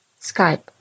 Skype